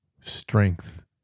strength